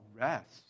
rest